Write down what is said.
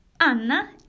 Anna